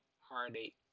heartache